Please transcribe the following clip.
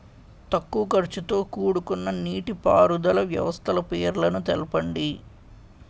తక్కువ ఖర్చుతో కూడుకున్న నీటిపారుదల వ్యవస్థల పేర్లను తెలపండి?